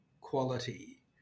quality